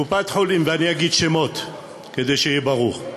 קופת-חולים, ואני אגיד שמות, כדי שיהיה ברור,